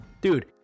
dude